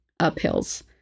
uphills